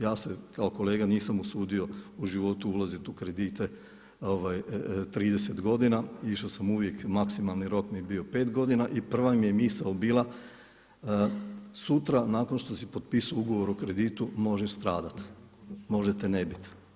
Ja se kao kolega nisam usudio u životu ulaziti u kredite 30 godina išao sam uvijek maksimalni rok mi je bio 5 godina i prva mi je misao bila sutra nakon što si potpisao ugovor o kreditu možeš stradati, može te ne biti.